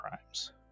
crimes